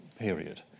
period